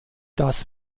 das